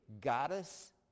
goddess